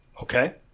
Okay